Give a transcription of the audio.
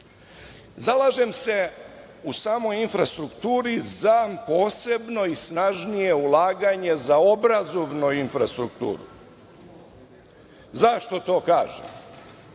kredit. Zalažem se u samoj infrastrukturu za posebno i snažnije ulaganje za obrazovnu infrastrukturu. Zašto to kažem?